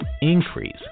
increase